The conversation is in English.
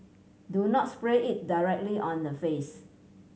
do not spray it directly on the face